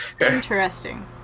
interesting